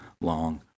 long